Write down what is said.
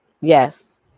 Yes